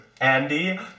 Andy